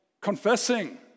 confessing